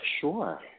sure